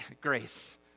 Grace